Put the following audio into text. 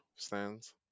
stands